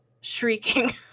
shrieking